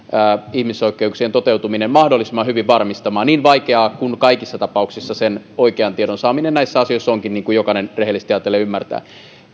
ihmisoikeuksien toteutuminen mahdollisimman hyvin varmistamaan niin vaikeaa kuin kaikissa tapauksessa sen oikean tiedon saaminen näissä onkin niin kuin jokainen rehellisesti ajatellen ymmärtää